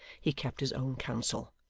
he kept his own counsel,